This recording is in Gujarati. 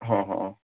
હા હા